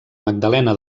magdalena